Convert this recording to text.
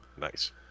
nice